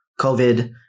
COVID